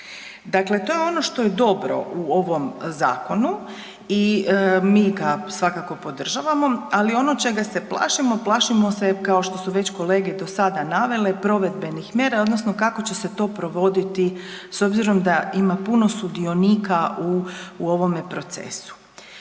Dakle, to je ono što je dobro u ovom zakonu i mi ga svakako podržavamo, ali ono čega se plašimo, plašimo se, kao što su već kolege do sada navele, provedbenih mjera odnosno kako će se to provoditi s obzirom da ima puno sudionika u ovome procesu.